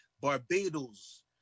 Barbados